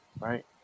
Right